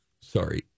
Sorry